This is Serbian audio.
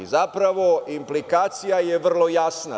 Zapravo, implikacija je vrlo jasna.